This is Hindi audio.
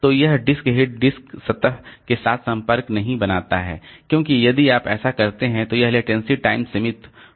तो यह डिस्क हेड डिस्क सतह के साथ संपर्क नहीं बनाता है क्योंकि यदि आप ऐसा करते हैं तो यह लेटेंसी टाइम सीमित होगी